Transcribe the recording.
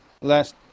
Last